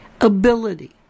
ability